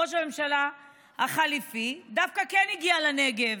ראש הממשלה החליפי דווקא כן הגיע לנגב,